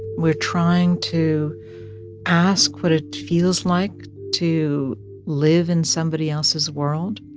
we're trying to ask what it feels like to live in somebody else's world.